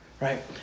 right